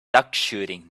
duckshooting